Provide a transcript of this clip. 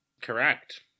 Correct